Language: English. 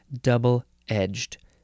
Double-edged